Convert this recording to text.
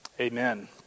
amen